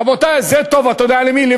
רבותי, זה טוב, אתה יודע למי?